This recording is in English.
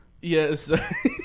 Yes